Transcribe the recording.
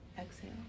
Exhale